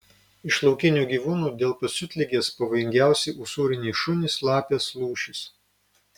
iš laukinių gyvūnų dėl pasiutligės pavojingiausi usūriniai šunys lapės lūšys